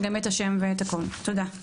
תודה.